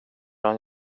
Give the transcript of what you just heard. han